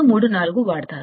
2 3 4 వాడతారు